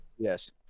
Yes